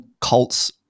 cults